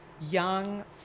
young